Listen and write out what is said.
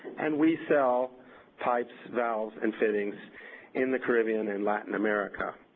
and we sell pipes, valves, and fittings in the caribbean and latin america.